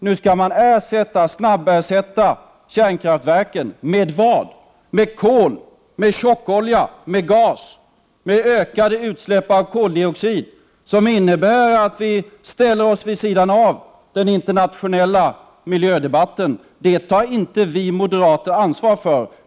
Nu skall man snabbersätta kärnkraftverken — med vad? Med kol, med tjockolja, med gas, med ökade utsläpp av koldioxid, som innebär att vi ställer oss vid sidan av den internationella miljödebatten. Det tar inte vi moderater ansvar för.